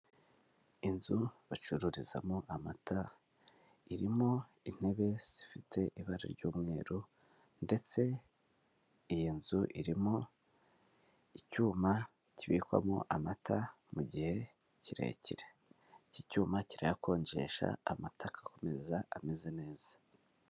Inzu bacururizamo amata, irimo intebe zifite ibara ry'umweru ndetse iyi nzu irimo icyuma kibikwamo amata mu gihe kirekire, icyi cyuma kirayakonjesha amatako agakomeza ameze neza.